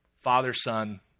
father-son